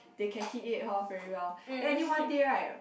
they can hit it off very well then any one day right